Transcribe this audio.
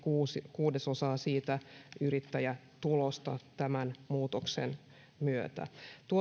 kuudesosaa siitä yrittäjätulosta tämän muutoksen myötä